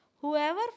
Whoever